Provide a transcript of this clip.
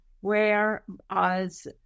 whereas